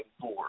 four